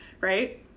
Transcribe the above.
Right